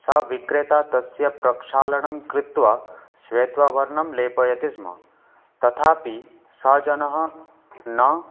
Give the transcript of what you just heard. सः विक्रेता तस्य प्रक्षालनं कृत्वा श्वेतवर्णं लेपयति स्म तथापि सः जनः ण